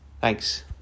Thanks